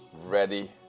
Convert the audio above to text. ready